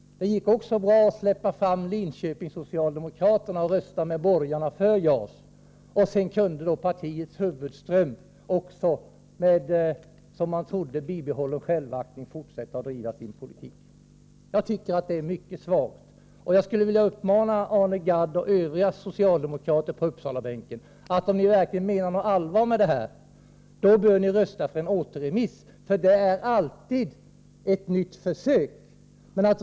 Det gick också bra att släppa fram socialdemokraterna från Linköping och låta dem rösta med borgarna för JAS. Sedan kunde partiets huvudström med, som = Nr 125 man trodde, bibehållen självaktning fortsätta att driva sin politik. Jag tycker att det är mycket svagt. - Se 5 SR Jag vill uppmana Arne Gadd och övriga socialdemokrater på Uppsalabän Pp ken att rösta för en återremiss, om ni verkligen menar allvar med det ni säger. Lökar och Det skulle innebära ett nytt försök att rädda dessa utbildningar. Att däremot å et skulle innebära ett nyt g läremt jändläkandbild.